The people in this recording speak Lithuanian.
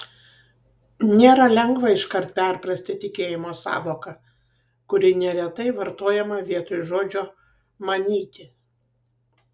nėra lengva iškart perprasti tikėjimo sąvoką kuri neretai vartojama vietoj žodžio manyti